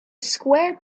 square